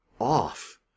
off